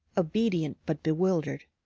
obedient but bewildered.